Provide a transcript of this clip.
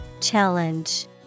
Challenge